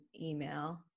email